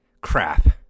crap